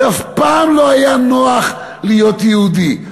זה אף פעם לא היה נוח להיות יהודי,